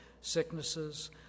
sicknesses